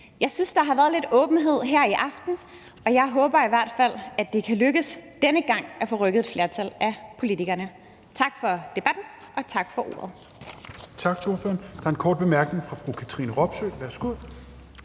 Jeg synes, der har været lidt åbenhed her i aften, og jeg håber i hvert fald, at det kan lykkes denne gang at få rykket et flertal af politikerne. Tak for debatten, og tak for ordet.